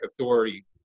authority